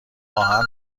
آهن